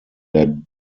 der